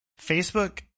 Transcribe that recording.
Facebook